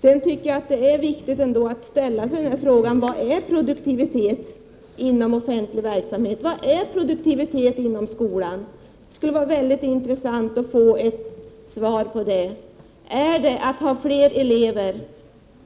Jag tycker också att det är viktigt att ställa sig frågan vad produktivitet inom offentlig verksamhet är för något. Vad är produktivitet inom skolan? Det skulle vara mycket intressant att få ett svar på det. Är det att ha fler elever